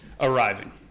arriving